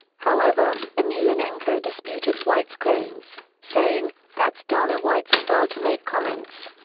however, emelianenko disputed white's claims, saying, that's dana white's style to make comments.